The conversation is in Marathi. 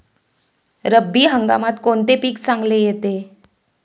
रब्बी हंगामात कोणते पीक चांगले येते?